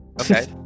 Okay